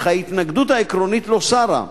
אך ההתנגדות העיקרית לא סרה.